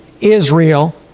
Israel